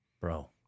Bro